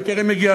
וקרי מגיע,